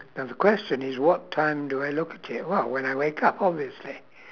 now the question is what time do I look to well when I wake up obviously